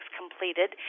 completed